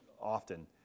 often